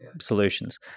solutions